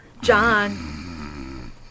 John